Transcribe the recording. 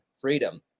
freedom